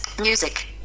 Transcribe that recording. Music